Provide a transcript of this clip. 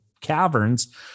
caverns